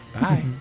Bye